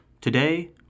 Today